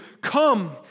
Come